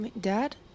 Dad